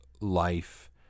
life